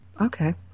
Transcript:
Okay